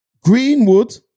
Greenwood